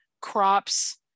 crops